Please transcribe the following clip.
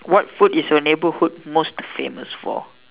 what food is your neighbourhood most famous for